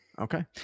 Okay